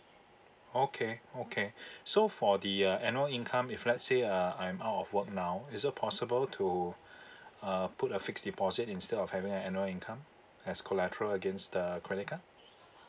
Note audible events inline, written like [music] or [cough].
okay okay [breath] so for the uh annual income if let's say uh I'm out of work now is it possible to [breath] uh put a fixed deposit instead of having a annual income as collateral against the credit card